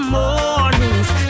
mornings